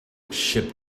ship